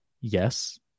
Yes